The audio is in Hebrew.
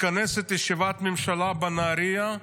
מתכנסת ישיבת ממשלה בנהריה,